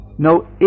no